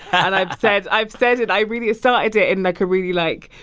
and i've said i've said it i really started it in, like, a really, like,